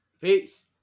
peace